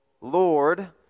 Lord